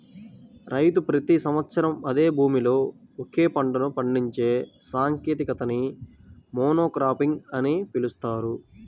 రైతు ప్రతి సంవత్సరం అదే భూమిలో ఒకే పంటను పండించే సాంకేతికతని మోనోక్రాపింగ్ అని పిలుస్తారు